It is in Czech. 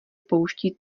pouští